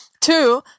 two